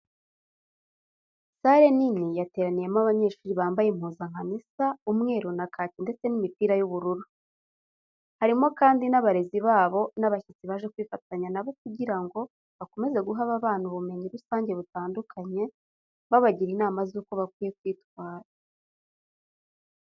Salle nini yateraniyemo abanyeshuri bambaye impuzankano isa umweru na kake ndetse n'imipira y'ubururu. Harimo kandi n'abarezi babo n'abashyitsi baje kwifatanya na bo kugira ngo bakomeze guha aba bana ubumenyi rusange butandukanye, babagira inama z'uko bakwiye kwitwara.